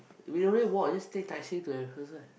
we no need week just take Tai-Seng to MacPherson eh